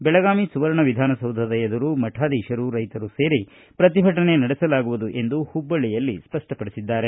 ಬೆಳಗಾವಿ ಸುವರ್ಣ ವಿಧಾನಸೌಧದ ಎದುರು ಮಠಾಧೀಶರು ರೈತರು ಸೇರಿ ಪ್ರತಿಭಟನೆ ನಡೆಸಲಾಗುವುದು ಎಂದು ಹುಬ್ಬಳ್ಳಿಯಲ್ಲಿ ಸ್ಪಷ್ಟಪಡಿಸಿದ್ದಾರೆ